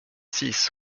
six